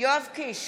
יואב קיש,